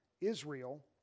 Israel